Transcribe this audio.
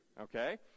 okay